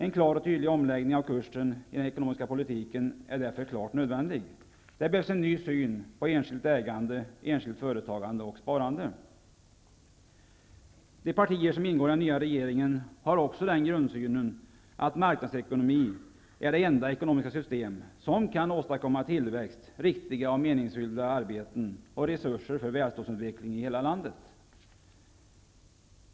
En klar och tydlig omläggning av kursen i den ekonomiska politiken är därför nödvändig. Det behövs en ny syn på enskilt ägande, enskilt företagande och sparande. De partier som ingår i den nya regeringen har också den grundsynen att marknadsekonomi är det enda ekonomiska system som kan åstadkomma tillväxt, riktiga och meningsfyllda arbeten och resurser för en välståndsutveckling i hela landet.